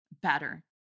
better